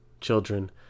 children